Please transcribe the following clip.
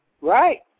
right